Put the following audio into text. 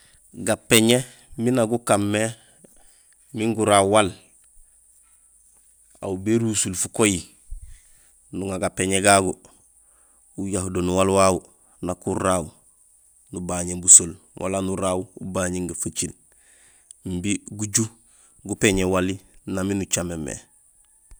Gapéñé miin nak gukaan mé miin guraaw waal: aw b"rusul fukohi, nuŋa gapéñé gagu uja do nuwaal wawu nak uraaw nubañéén busol wala nuraaw ubañéén faciil imbi guju gupéñé wali nang miin ucaméén mé.